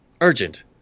urgent